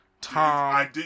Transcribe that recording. Tom